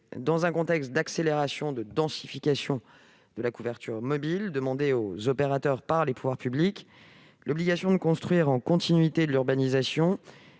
dans le contexte d'accélération et de densification de la couverture mobile demandée aux opérateurs par les pouvoirs publics, l'obligation de construire en continuité de l'urbanisation